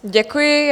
Děkuji.